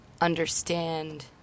understand